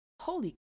Holy